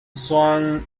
swung